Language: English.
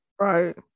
Right